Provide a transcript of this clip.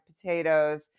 potatoes